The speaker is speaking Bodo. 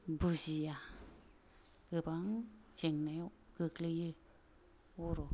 बुजिया गोबां जेंनायाव गोग्लैयो बर'